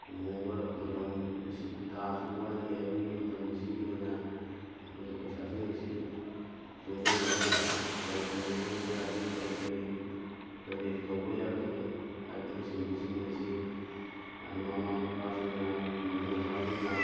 ꯂꯨꯍꯣꯡꯕ ꯃꯇꯝ ꯑꯁꯤꯕꯨ ꯊꯥ ꯑꯁꯨꯛ ꯋꯥꯠꯂꯤ ꯍꯥꯏꯕꯒꯤ ꯃꯇꯝ ꯑꯁꯤꯒꯤ ꯑꯣꯏꯅ ꯑꯩꯈꯣꯏꯅ ꯄꯩꯁꯥꯁꯤꯡ ꯑꯁꯤ ꯇꯨꯡꯖꯤꯜꯂꯒ ꯀꯔꯤ ꯀꯔꯤ ꯂꯩꯕ ꯌꯥꯒꯦ ꯀꯔꯤ ꯀꯔꯤ ꯇꯧꯕ ꯌꯥꯒꯦ ꯍꯥꯏꯕꯅꯆꯤꯡꯕꯁꯤꯡ ꯑꯁꯤ ꯃꯃꯥ ꯃꯄꯥꯁꯤꯡꯅ ꯃꯕꯨꯡ ꯃꯧꯄ꯭ꯋꯥꯁꯤꯡꯅ